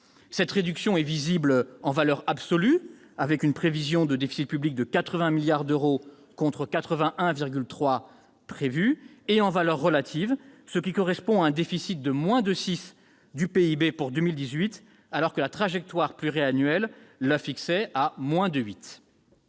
Cette réduction est visible en valeur absolue, avec une prévision de déficit public de 80 milliards d'euros, contre 81,3 milliards d'euros prévus, et en valeur relative, ce qui correspond à un déficit de moins de 6 points de PIB pour 2018, alors que la trajectoire pluriannuelle la fixait à moins 2,8